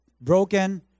broken